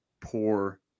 poor